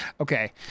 okay